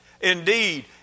Indeed